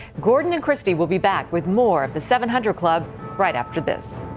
gordon and kristi will be back with more of the seven hundred club right after this.